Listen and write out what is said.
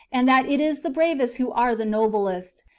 and that it is the bravest who are the noblest.